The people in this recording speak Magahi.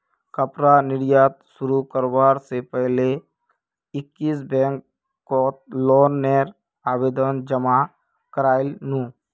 कपड़ा निर्यात शुरू करवा से पहले एक्सिस बैंक कोत लोन नेर आवेदन जमा कोरयांईल नू